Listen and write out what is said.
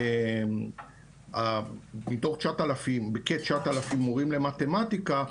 מתוך כ-9,000 מורים למתמטיקה,